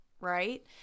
right